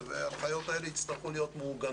אנחנו רוצים לתת להם לא מעבר ממה שמגיע